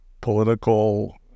political